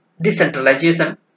Decentralization